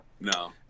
No